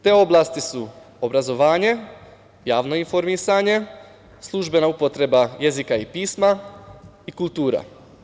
Te oblasti su obrazovanje, javno informisanje, službena upotreba jezika i pisma i kultura.